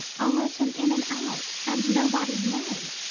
i'll let him in, and out, and nobody'd know.